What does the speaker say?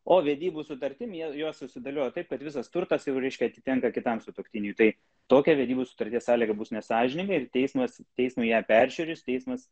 o vedybų sutartim jie juos susidėlioja taip kad visas turtas jau reiškia atitenka kitam sutuoktiniui tai tokia vedybų sutarties sąlyga bus nesąžininga ir teismas teismui ją peržiūrėjus teismas